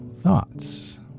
thoughts